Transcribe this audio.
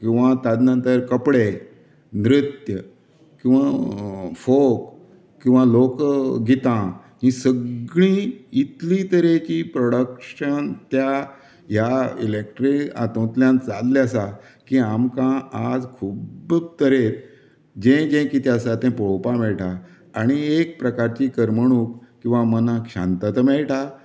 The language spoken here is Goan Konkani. किंवां ताजे नंतर कपडे नृत्य किंवां फोक किंवां लोक गितां हीं सगळीं इतलीं तरेचीं प्रोडक्ट्शन त्या ह्या इलेक्ट्रीक हातूंतल्यान जाल्लें आसा की आमकां आज खुब्ब तरेन जें जें कितें आसा तें पळोवपा मेळटा आनी एक प्रकारची करमणूक किंवां मनाक शांतता मेळटा